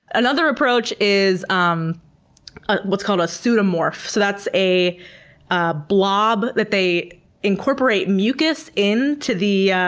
another approach is um and what's called a pseudomorph. so that's a a blob that they incorporate mucus in to the,